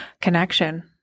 Connection